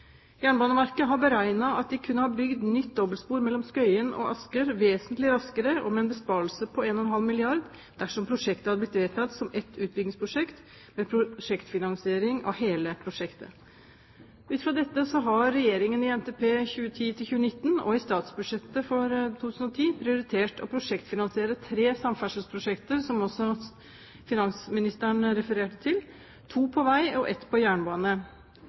Jernbaneverket har beregnet at de kunne ha bygd nytt dobbeltspor mellom Skøyen og Asker vesentlig raskere og med en besparelse på 1,5 milliarder kr dersom prosjektet hadde blitt vedtatt som ett utbyggingsprosjekt, med prosjektfinansiering av hele prosjektet. Ut fra dette har Regjeringen i NTP 2010–2019 og i statsbudsjettet for 2010 prioritert å prosjektfinansiere tre samferdselsprosjekter, som også finansministeren refererte til, to på vei og ett på jernbane.